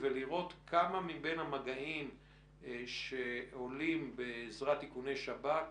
ולראות כמה מבין המגעים שעולים בעזרת איכוני שב"כ